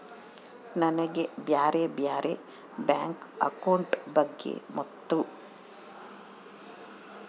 ನನಗೆ ಬ್ಯಾರೆ ಬ್ಯಾರೆ ಬ್ಯಾಂಕ್ ಅಕೌಂಟ್ ಬಗ್ಗೆ ಮತ್ತು?